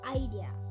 idea